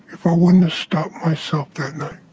if i wanted to stop myself that night,